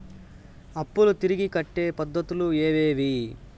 అప్పులు తిరిగి కట్టే పద్ధతులు ఏవేవి